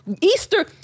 Easter